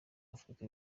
afrika